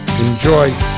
enjoy